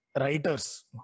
writers